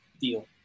deal